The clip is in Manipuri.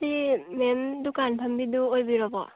ꯁꯤ ꯃꯦꯝ ꯗꯨꯀꯥꯟ ꯐꯝꯕꯤꯗꯨ ꯑꯣꯏꯕꯤꯔꯕꯣ